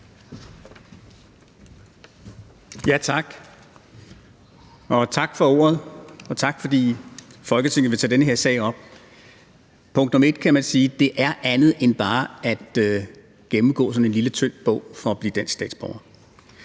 (RV): Tak for ordet, og tak, fordi Folketinget vil tage den her sag op. Som punkt 1 kan man sige, at det er andet end bare at gennemgå sådan en lille, tynd bog at blive dansk statsborger.